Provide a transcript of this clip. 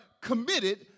committed